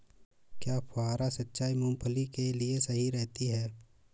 क्या फुहारा सिंचाई मूंगफली के लिए सही रहती है?